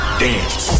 dance